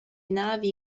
navi